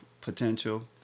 potential